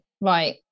right